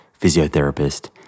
physiotherapist